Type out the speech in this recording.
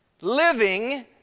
living